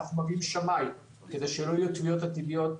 אנחנו מביאים שמאי כדי שלא יהיו תביעות עתידיות.